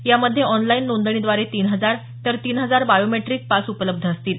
यामध्ये ऑनलाइन नोंदणीद्वारे तीन हजार तर तीन हजार बायोर्मेट्रिक पास उपलब्ध असतील